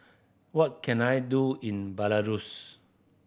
what can I do in Belarus